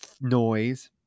noise